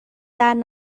درد